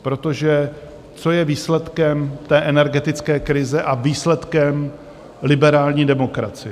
Protože co je výsledkem té energetické krize a výsledkem liberální demokracie?